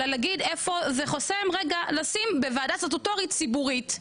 אלא להגיד איפה זה חוסם לשים בוועדה סטטוטורית ציבורית.